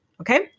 Okay